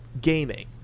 gaming